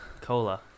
Cola